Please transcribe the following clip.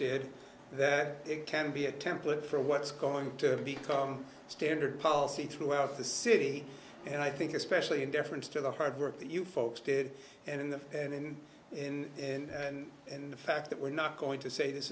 did it can be a template for what's going to become standard policy throughout the city and i think especially in deference to the hard work that you folks did and in the and and and and and the fact that we're not going to say this